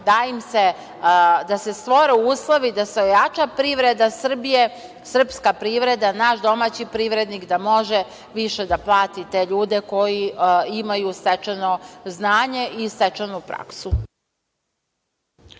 da se stvore uslovi, da se ojača privreda Srbije, srpska privreda, naš domaći privrednik da može više da plati te ljude koji imaju stečeno znanje i stečenu praksu.